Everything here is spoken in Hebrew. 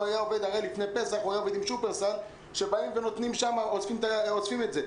לפני פסח הוא היה עובד עם "שופרסל" שאוספים את זה.